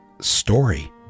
story